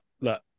look